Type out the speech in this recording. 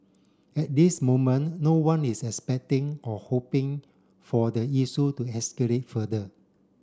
at this moment no one is expecting or hoping for the issue to escalate further